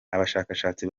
abashakashatsi